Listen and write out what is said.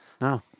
No